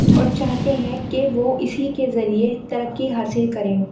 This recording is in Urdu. اور چاہتے ہیں کہ وہ اسی کے ذریعے ترقی حاصل کریں